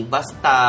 Basta